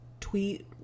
tweet